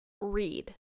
read